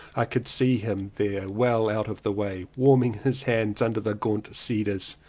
i could see him there well out of the way, warming his hands under the gaunt cedars.